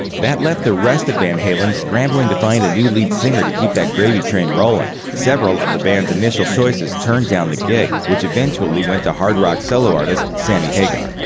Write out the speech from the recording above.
that left the rest of van halen scrambling to find a new lead singer to keep the gravy train rolling. several of the band's initial choices turned down the gig, which eventually went to hard rock solo artist sammy hagar.